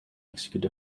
execute